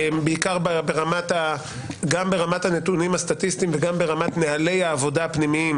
הן גם ברמת הנתונים הסטטיסטיים וגם ברמת נוהלי העבודה הפנימיים